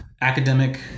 academic